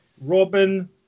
robin